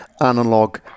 analog